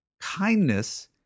Kindness